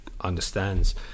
understands